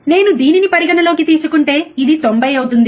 నేను దీనిని పరిగణనలోకి తీసుకుంటే ఇది 90 అవుతుంది